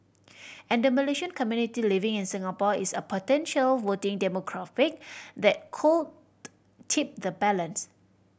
and the Malaysian community living in Singapore is a potential voting demographic that could tip the balance